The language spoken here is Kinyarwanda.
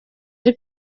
ari